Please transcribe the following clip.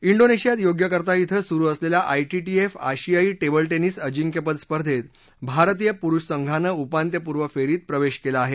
ञीनेशियात Yogyakarta क्रिं सुरू असलेल्या आयटीटीएफ आशियायी टेबल टेनिस अजिंक्यपद स्पर्धेत भारतीय पुरुष संघानं उपांत्यपूर्व फेरीत प्रवेश केला आहे